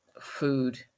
food